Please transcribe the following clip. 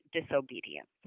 disobedience